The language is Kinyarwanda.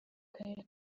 karere